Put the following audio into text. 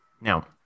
now